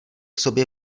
sobě